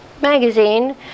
magazine